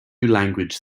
language